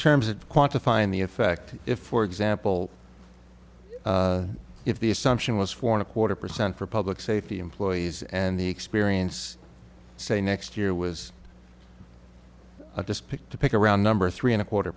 terms of quantifying the effect if for example if the assumption was for a quarter percent for public safety employees and the experience say next year was just picked to pick around number three and a quarter